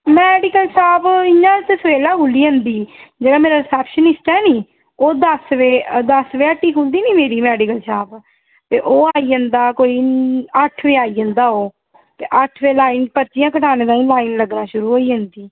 medical shop इ'यां ते सबेल्ला खु'ल्ली जंदी जेह्ड़ा मेरा रिसेप्शनिस्ट ऐ निं ओह् दस्स बजे दस्स बजे हट्टी खु'ल्लदी निं मेरी मेडिकल शाप ते ओह् आई जंदा कोई अट्ठ बजे आई जंदा ओह् ते अट्ठ बजे लाई पर्चियां कटाने ताईं लाईन लग्गना शुरू होई जंदी